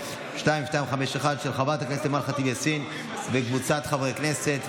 חברי הכנסת,